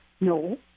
No